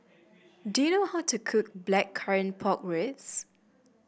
do you know how to cook Blackcurrant Pork Ribs